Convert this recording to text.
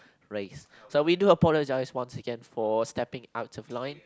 race so we do apologise once again for stepping out of line